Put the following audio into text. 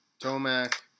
Tomac